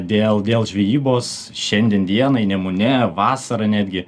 dėl dėl žvejybos šiandien dienai nemune vasarą netgi